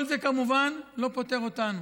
כל זה כמובן לא פוטר אותנו,